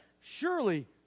surely